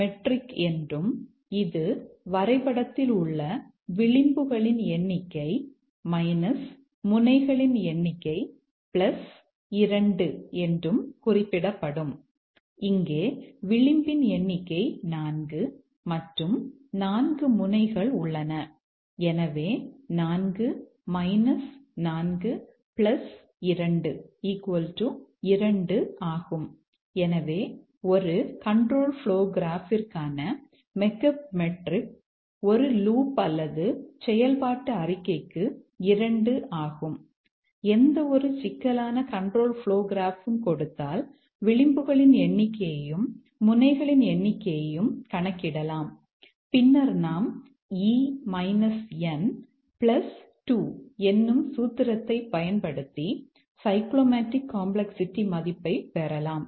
மெக்காபின் மெட்ரிக்கை மதிப்பைப் பெறலாம்